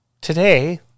today